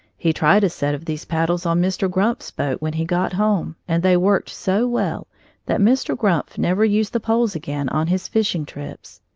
he tried a set of these paddles on mr. grumpf's boat when he got home, and they worked so well that mr. grumpf never used the poles again on his fishing trips.